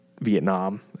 Vietnam